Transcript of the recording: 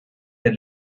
der